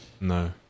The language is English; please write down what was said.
No